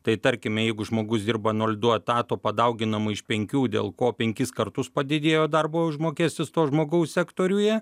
tai tarkime jeigu žmogus dirba nol du etato padauginama iš penkių dėl ko penkis kartus padidėjo darbo užmokestis to žmogaus sektoriuje